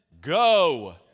go